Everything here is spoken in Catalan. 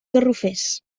garrofers